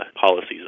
policies